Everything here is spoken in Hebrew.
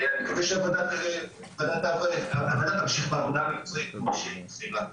אני מקווה שהוועדה תמשיך בעבודה המקצועית כמו שהתחילה בה.